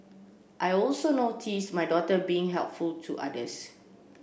I also notice my daughter being helpful to others